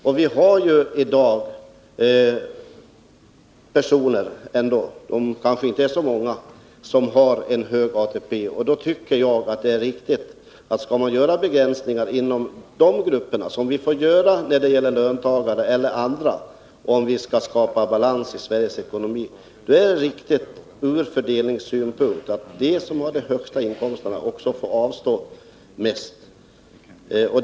Det finns i dag personer — även om de kanske inte är så många — som har hög ATP, och jag tycker att det ur fördelningssynpunkt är riktigt att begränsningarna i höjningen av pensionerna skall drabba dem som nu får mest. På ett motsvarande sätt drabbas ju löntagarna av begränsningar i sina löneökningar, för att vi skall kunna skapa balans i Sveriges ekonomi.